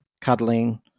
cuddling